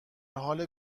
حال